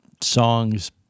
songs